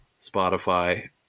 Spotify